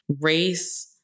race